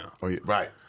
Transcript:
Right